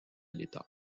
l’état